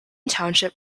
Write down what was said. township